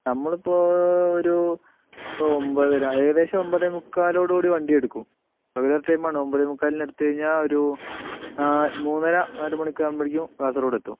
നമ്മളിപ്പോൾ ഒരു ഒമ്പതര ഏകദേശം ഒമ്പത് മുക്കാലോടുകൂടി വണ്ടി എടുക്കും റെഗുലർ ടൈം ആണ് ഒമ്പത് മുക്കാലിന് എടുത്തു കഴിഞ്ഞാൽ ഒരു മൂന്നര നാല് മണിയൊക്കെ ആകുമ്പോഴേക്കും കാസർഗോഡ് എത്തും